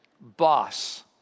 boss